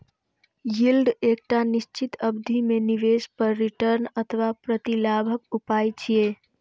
yield एकटा निश्चित अवधि मे निवेश पर रिटर्न अथवा प्रतिलाभक उपाय छियै